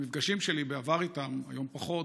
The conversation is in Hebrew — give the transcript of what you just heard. במפגשים שלי בעבר איתה, היום פחות,